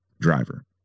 driver